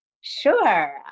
Sure